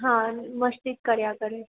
હા અને મસ્તી કર્યા કરે